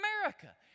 America